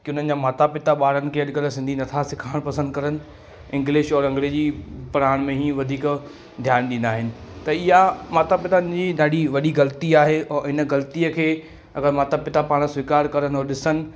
कि उन्हनि जा माता पिता ॿारनि खे अॼुकल्ह सिंधी नथा सेखारीनि पसंदि करनि इंग्लिश और अंग्रेजी पढ़ाइण में ई वधीक ध्यानु ॾींदा आहिनि त ईअं माता पिताउनि जी ॾाढी वॾी ग़लती आहे और इन ग़लतीअ खे अगरि माता पिता पान स्वीकार करंदो ॾिसनि